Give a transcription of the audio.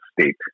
state